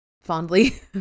Fondly